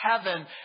heaven